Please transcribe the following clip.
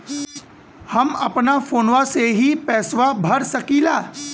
हम अपना फोनवा से ही पेसवा भर सकी ला?